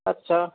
আচ্ছা